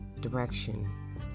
direction